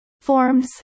Forms